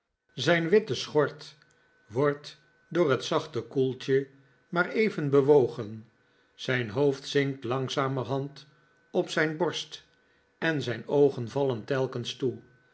zijn witte schort wordt door het zachte koeltje maar even bewogen zijn hoofd zinkt langzamerhand op zijn borst en zijn oogen vallen telkens toe